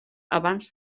abans